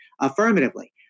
affirmatively